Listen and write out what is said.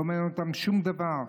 לא מעניין אותם שום דבר.